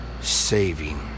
saving